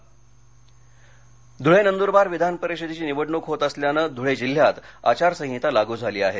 आचरसंहिता धळे धुळे नेंद्रबार विधान परिषदेची निवडणूक होत असल्याने धुळे जिल्ह्यात आचारसंहिता लागू झाली आहे